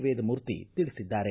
ವೇದಮೂರ್ತಿ ತಿಳಿಸಿದ್ದಾರೆ